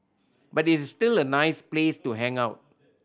but it's still a nice place to hang out